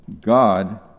God